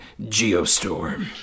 Geostorm